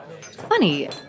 Funny